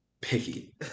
picky